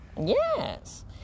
Yes